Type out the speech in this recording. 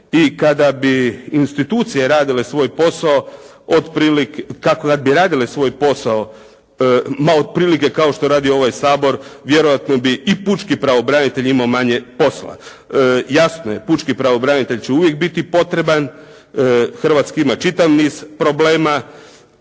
I kada bi institucije radile svoj posao ma otprilike kao što radi ovaj Sabor, vjerojatno bi i pučki pravobranitelj imao manje posla. Jasno je, pučki pravobranitelj će uvijek biti potreban. Hrvatska ima čitav niz problema,